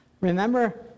Remember